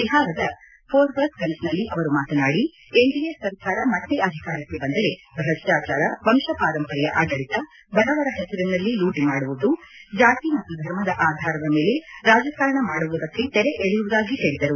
ಬಿಹಾರದ ಫೋರ್ಬಸ್ಗಂಜ್ನಲ್ಲಿ ಅವರು ಮಾತನಾಡಿ ಎನ್ಡಿಎ ಸರಕಾರ ಮತ್ತೆ ಅಧಿಕಾರಕ್ಕೆ ಬಂದರೆ ಭ್ರಷ್ಟಾಚಾರ ವಂಶಪಾರಂಪರ್ಯ ಆಡಳಿತ ಬಡವರ ಹೆಸರಿನಲ್ಲಿ ಲೂಟಿ ಮಾಡುವುದು ಜಾತಿ ಮತ್ತು ಧರ್ಮದ ಆಧಾರದ ಮೇಲೆ ರಾಜಕಾರಣ ಮಾಡುವುದಕ್ಕೆ ತೆರೆ ಎಳೆಯುವುದಾಗಿ ಹೇಳಿದರು